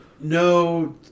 no